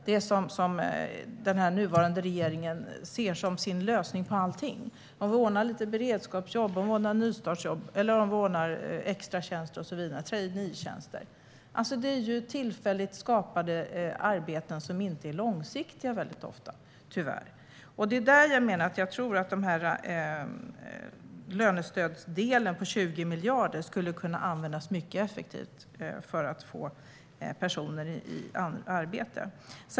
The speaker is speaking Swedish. Det som den nuvarande regeringen ser som lösning på allting - beredskapsjobb, nystartsjobb, extratjänster, traineetjänster och så vidare - är ju tillfälligt skapade arbeten som ofta inte är långsiktiga, tyvärr. Jag tror att lönestödsdelen om 20 miljarder skulle kunna användas mer effektivt för att få personer i arbete.